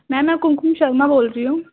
میم میں کمکم شرما بول رہی ہوں